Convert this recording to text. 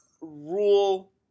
rule